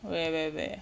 where where where